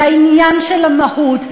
זה העניין של המהות.